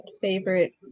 favorite